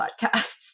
podcasts